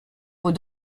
aux